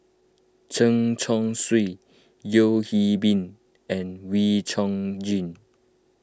Chen Chong Swee Yeo Hwee Bin and Wee Chong Jin